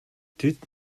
тэд